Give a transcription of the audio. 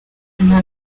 nta